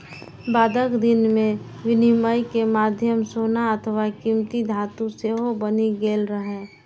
बादक दिन मे विनिमय के माध्यम सोना अथवा कीमती धातु सेहो बनि गेल रहै